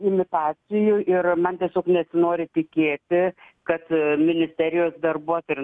imitacijų ir man tiesiog nesinori tikėti kad ministerijos darbuotojai ir